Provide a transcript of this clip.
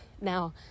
Now